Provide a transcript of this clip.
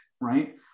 right